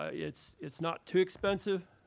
ah it's it's not too expensive.